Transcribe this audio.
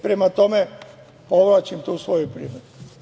Prema tome, povlačim tu svoju primedbu.